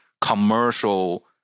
commercial